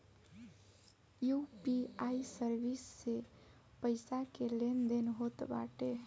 UPI service से पईसा के लेन देन होत बाटे